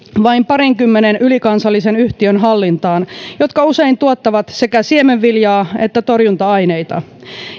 vain parinkymmenen ylikansallisen yhtiön hallintaan jotka usein tuottavat sekä siemenviljaa että torjunta aineita